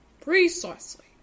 Precisely